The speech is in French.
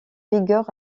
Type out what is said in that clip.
vigueur